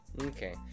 Okay